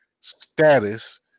status